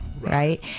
right